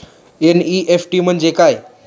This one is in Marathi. एन.इ.एफ.टी म्हणजे काय?